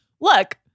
look